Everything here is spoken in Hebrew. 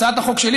הצעת החוק שלי,